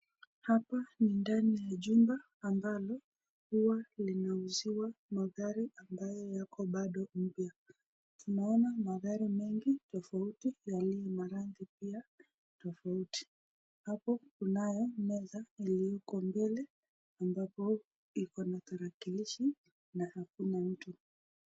Hapa ni ndani ya jumba ambalo huwa linauziwa magari ambayo yako bado mpya. Tunaona magari mengi tofauti yaliyo na rangi pia tofauti. Hapo kunayo meza iliyoko mbele, ambapo ikona tarakilishi na hakuna mtu.